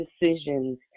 decisions